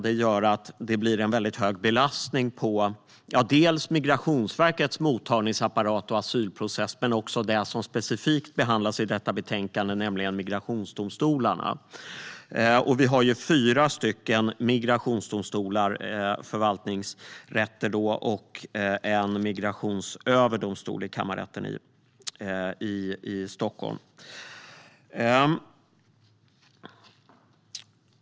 Det leder till stor belastning på Migrationsverkets mottagningsapparat och asylprocess men också på det som specifikt behandlas i detta betänkande, nämligen migrationsdomstolarna. Vi har fyra migrationsdomstolar, förvaltningsrätter, och en migrationsöverdomstol. Det är kammarrätten i Stockholm.